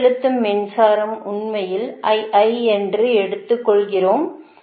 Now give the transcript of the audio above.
உட்செலுத்தும் மின்சாரம் உண்மையில் என்று எடுத்துக்கொள்கிறோம்